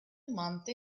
month